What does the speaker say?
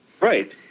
Right